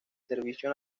servicio